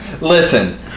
Listen